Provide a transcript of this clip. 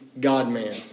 God-man